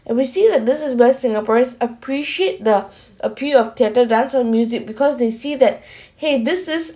and we see that this is where singaporeans appreciate the appeal of theatre dance on music because they see that !hey! this is